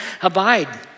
abide